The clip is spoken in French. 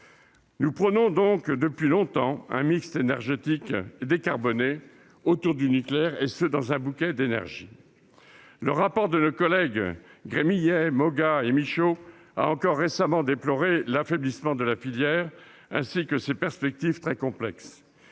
Nous prônons depuis longtemps un énergétique décarboné autour du nucléaire, et ce dans un bouquet d'énergies. Le récent rapport d'information de nos collègues Gremillet, Moga et Michau a encore déploré l'affaiblissement de la filière, ainsi que ses perspectives très complexes.